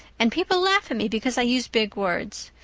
and people laugh at me because i use big words.